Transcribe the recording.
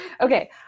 Okay